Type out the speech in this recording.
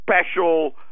special